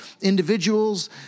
individuals